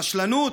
רשלנות?